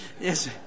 yes